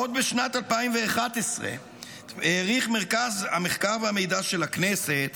עוד בשנת 2011 העריך מרכז המחקר והמידע של הכנסת